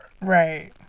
Right